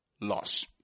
loss